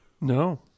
No